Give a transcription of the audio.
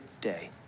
day